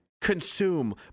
consume